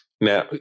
Now